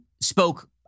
spoke